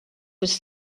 was